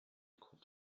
kurt